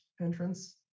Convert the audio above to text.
entrance